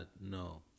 no